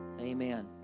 amen